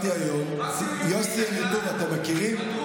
יוסי אליטוב, אתם מכירים,